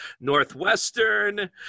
Northwestern